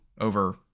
over